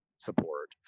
support